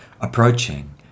Approaching